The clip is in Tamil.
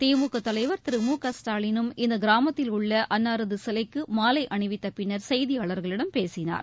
திமுக தலைவர் திரு மு க ஸ்டாலினும் இந்த கிராமத்தில் உள்ள அன்னாரது சிலைக்கு மாலை அணிவித்த பின்னர் செய்தியாளர்களிடம் பேசினார்